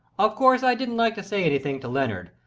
of course i didn't like to say anything to leonard,